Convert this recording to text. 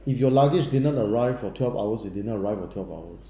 if your luggage didn't arrive for twelve hours it didn't arrive for twelve hours